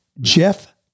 Jeff